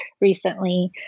recently